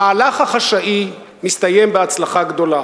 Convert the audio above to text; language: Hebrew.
המהלך החשאי מסתיים בהצלחה גדולה.